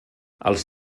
els